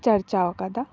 ᱪᱟᱨᱡᱟᱣ ᱟᱠᱟᱫᱟ